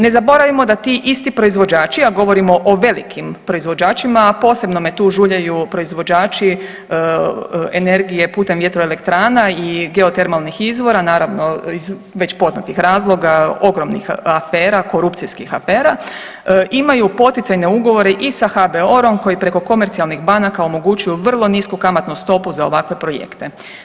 Ne zaboravimo da ti isti proizvođači, a govorimo o velikim proizvođačima, a posebno me tu žuljaju proizvođači energije putem vjetroelektrana i geotermalnih izvora, naravno iz već poznatih razloga, ogromnih afera, korupcijskih afera, imaju poticajne ugovore i sa HBOR-om koji preko komercijalnih banaka omogućuju vrlo nisku kamatnu stopu za ovakve projekte.